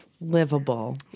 livable